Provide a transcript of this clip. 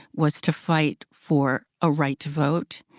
was to fight for a right to vote.